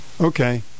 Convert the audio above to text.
Okay